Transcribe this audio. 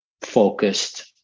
focused